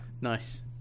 Nice